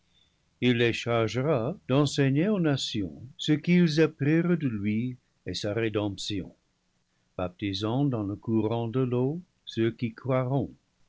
il les chargera d'enseigner aux nations ce qu'ils apprirent de lui et sa rédemption baptisant dans le courant de l'eau ceux qui croiront